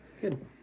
Good